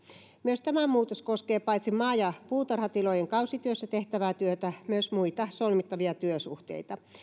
myös tämä muutos koskee paitsi maa ja puutarhatilojen kausityössä tehtävää työtä myös muita solmittavia työsuhteita